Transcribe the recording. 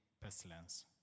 pestilence